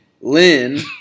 Lynn